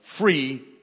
free